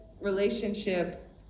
relationship